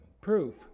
proof